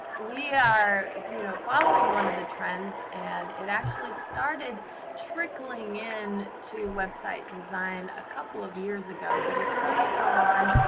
we are you know following one of the trends and it actually started trickling in to a website design a couple of years ago but it's really caught on.